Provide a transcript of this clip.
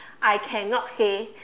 I cannot say